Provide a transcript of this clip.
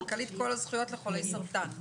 מנכ"לית קול הזכויות לחולי סרטן.